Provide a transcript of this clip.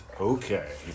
okay